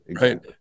right